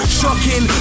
shocking